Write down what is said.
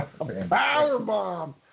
Powerbomb